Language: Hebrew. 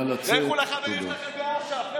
לכו לחברים שלכם באש"ף.